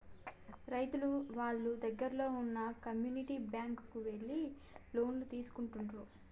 రైతులు వాళ్ళ దగ్గరల్లో వున్న కమ్యూనిటీ బ్యాంక్ కు ఎళ్లి లోన్లు తీసుకుంటుండ్రు